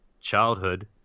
childhood –